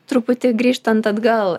truputį grįžtant atgal